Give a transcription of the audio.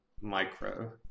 micro